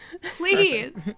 Please